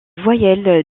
voyelles